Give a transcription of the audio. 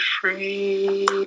free